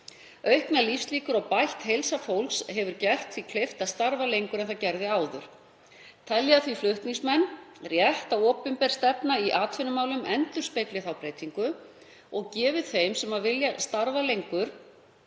Auknar lífslíkur og bætt heilsa fólks hefur gert því kleift að starfa lengur en það gerði áður. Telja flutningsmenn rétt að opinber stefna í atvinnumálum endurspegli þá breytingu og gefi þeim sem vilja starfa lengur